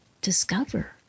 discover